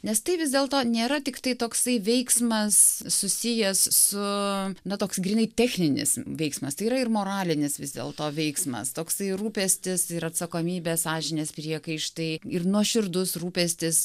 nes tai vis dėlto nėra tiktai toksai veiksmas susijęs su na toks grynai techninis veiksmas tai yra ir moralinis vis dėlto veiksmas toksai rūpestis ir atsakomybė sąžinės priekaištai ir nuoširdus rūpestis